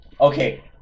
Okay